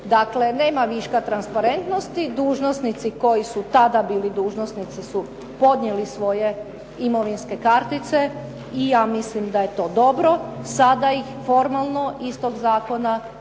Dakle, nema viška transparentnosti. Dužnosnici koji su tada bili dužnosnici su podnijeli svoje imovinske kartice i ja mislim da je to dobro. Sada ih formalno iz toga zakona moramo